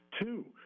two